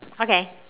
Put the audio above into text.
okay